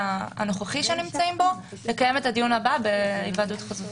הנוכחי שהם נמצאים בו לקיים את הדיון הבא בהיוועדות חזותית.